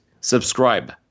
Subscribe